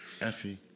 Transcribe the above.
Effie